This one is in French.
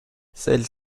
celle